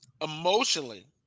emotionally